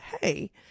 Hey